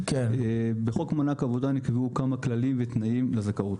בחוק מענק עבודה נקבעו כמה כללים ותנאים לזכאות.